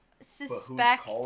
suspect